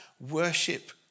Worship